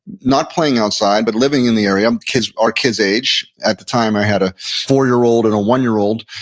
not playing outside, but living in the area, um our kids' age. at the time, i had a four year old and a one year old,